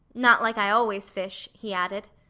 not like i always fish, he added.